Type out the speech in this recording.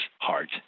heart